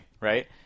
right